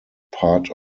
part